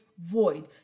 void